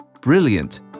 brilliant